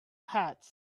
hats